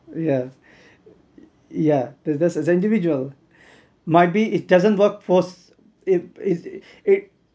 yeah yeah there's there's an individual might be it doesn't work for s~ if it it